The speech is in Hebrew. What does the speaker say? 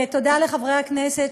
ותודה לחברי הכנסת,